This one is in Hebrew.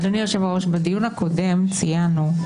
ואני רוצה לומר לך משהו: רק מי שלא עשה דקה אחת צבא במדינת ישראל,